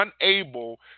unable